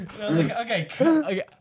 okay